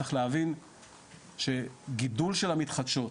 צריך להבין שגידול של המתחדשות,